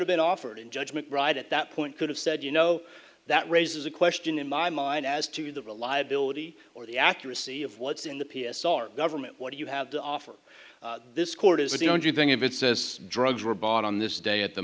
have been offered and judgment right at that point could have said you know that raises a question in my mind as to the reliability or the accuracy of what's in the p s r government what do you have to offer this court is the only thing if it says drugs were bought on this day at the